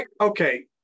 Okay